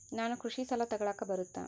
ನಾನು ಕೃಷಿ ಸಾಲ ತಗಳಕ ಬರುತ್ತಾ?